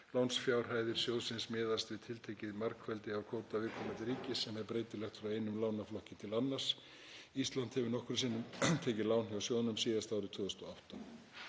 Lánsfjárhæðir sjóðsins miðast við tiltekið margfeldi af kvóta viðkomandi ríkis sem er breytilegt frá einum lánaflokki til annars. Ísland hefur nokkrum sinnum tekið lán hjá sjóðnum, síðast árið 2008.